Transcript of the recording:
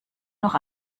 noch